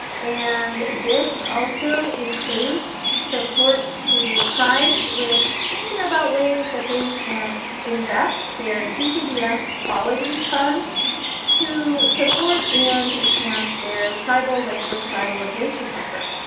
and this also includes support to tribes with thinking about ways that they can invest their ccdf quality funds to support and enhance their tribal language revitalization efforts.